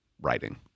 writing